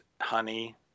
honey